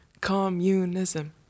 Communism